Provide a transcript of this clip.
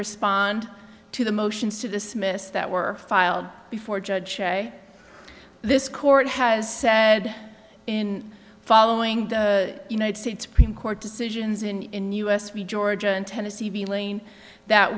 respond to the motions to dismiss that were filed before judge this court has said in following the united states supreme court decisions in the u s we georgia and tennessee v lane that